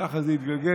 וככה זה התגלגל.